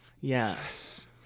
Yes